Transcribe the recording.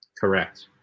Correct